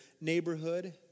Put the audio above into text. neighborhood